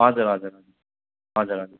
हजुर हजुर हजुर हजुर हजुर